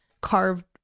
carved